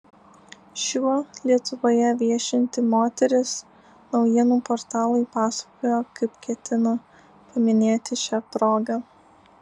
šiuo lietuvoje viešinti moteris naujienų portalui pasakojo kaip ketina paminėti šią progą